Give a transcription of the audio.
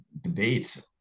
debate